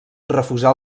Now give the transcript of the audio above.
refusà